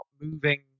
moving